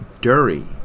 Dury